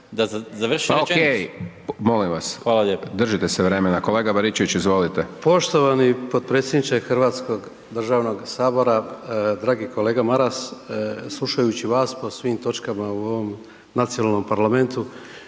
(SDP)** Pa ok, molim vas, držite se vremena. Kolega Baričević, izvolite. **Baričević, Martin (HDZ)** Poštovani potpredsjedniče Hrvatskog državnog sabora. Dragi kolega Maras, slušajući vas po svim točkama u ovom nacionalnom parlamentu